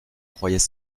croyais